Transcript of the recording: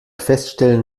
feststellen